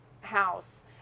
house